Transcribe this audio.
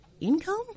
income